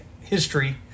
history